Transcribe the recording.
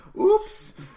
Oops